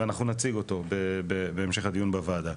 אנחנו נציג אותו בהמשך הדיון בוועדה.